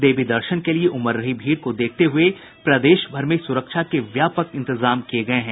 देवी दर्शन के लिए उमड़ रही भीड़ को देखते हुए प्रदेशभर में सुरक्षा के व्यापक इंतजाम किये गये हैं